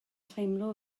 teimlo